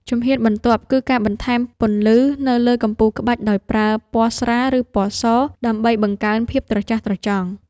ជំហានបន្ទាប់គឺការបន្ថែមពន្លឺ នៅលើកំពូលក្បាច់ដោយប្រើពណ៌ស្រាល ឬពណ៌ស ដើម្បីបង្កើនភាពត្រចះត្រចង់។